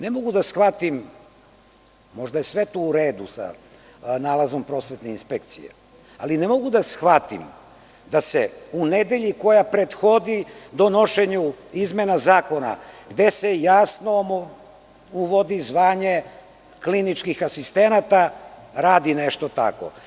Ne mogu da shvatim, možda je sve to u redu sa nalazom Prosvetne inspekcije, da se u nedelji koja prethodi donošenju izmena zakona, gde se jasno uvodi zvanje kliničkih asistenata, radi nešto tako.